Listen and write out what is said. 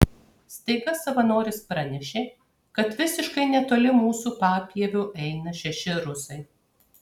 staiga savanoris pranešė kad visiškai netoli mūsų papieviu eina šeši rusai